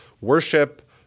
worship